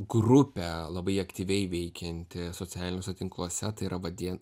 grupė labai aktyviai veikianti socialiniuose tinkluose tai yra va tie